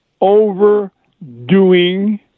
overdoing